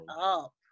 up